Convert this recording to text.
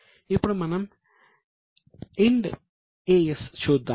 ఇప్పుడు మనము IND AS చూద్దాం